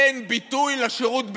אין ביטוי לשירות בצה"ל?